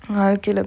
வாழ்கைல:vaalkaila